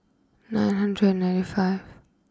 nine hundred ninety five